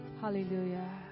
Hallelujah